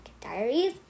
Diaries